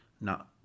Now